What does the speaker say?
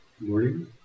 Morning